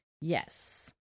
Yes